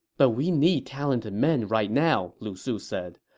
but we need talented men right now, lu su said.